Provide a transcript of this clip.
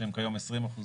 שכיום הם 20%,